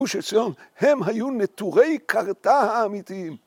גוש עציון הם היו נטורי קרתא האמיתיים.